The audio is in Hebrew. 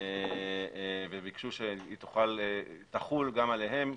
וביקשו שתחול גם עליהם,